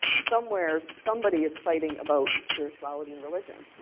somewhere somebody is fighting about spirituality and religion.